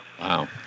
Wow